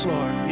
Lord